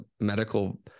medical